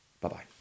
Bye-bye